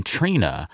Trina